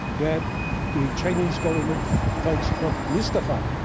that the chinese government finds trump mystifying,